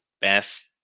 best